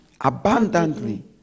abundantly